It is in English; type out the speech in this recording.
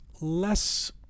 less